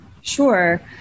Sure